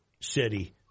city